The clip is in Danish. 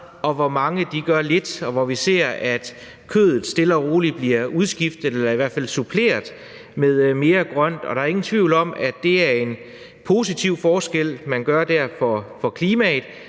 og hvor mange gør lidt, og hvor vi ser, at kødet stille og roligt bliver udskiftet eller i hvert fald suppleret med mere grønt. Der er ingen tvivl om, at det er en positiv forskel, man der gør for klimaet,